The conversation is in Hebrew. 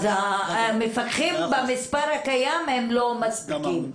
והמפקחים במספר הקיים לא מספיקים.